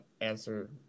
answer